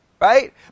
Right